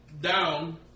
down